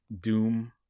Doom